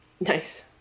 Nice